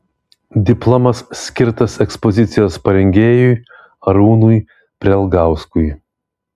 diplomas skirtas ekspozicijos parengėjui arūnui prelgauskui